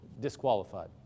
disqualified